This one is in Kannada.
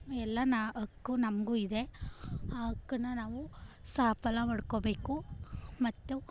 ಎಲ್ಲ ಹಕ್ಕು ನಮಗೂ ಇದೆ ಆ ಹಕ್ಕನ್ನು ನಾವು ಸಫಲ ಮಾಡ್ಕೊಳ್ಬೇಕು ಮತ್ತು